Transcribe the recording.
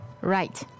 Right